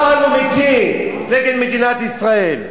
רעל הוא מקיא נגד מדינת ישראל.